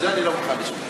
את זה אני לא מוכן לשמוע.